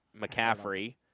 McCaffrey